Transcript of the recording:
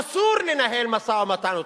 אסור לנהל משא-ומתן אתך.